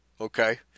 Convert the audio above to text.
Okay